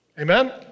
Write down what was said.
Amen